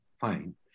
fine